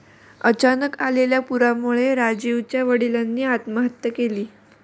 अचानक आलेल्या पुरामुळे राजीवच्या वडिलांनी आत्महत्या केली